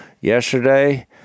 Yesterday